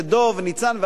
ניצן ואחרים,